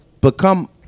become